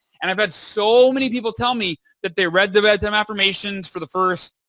and i've got so many people tell me that they read their bedtime affirmations for the first,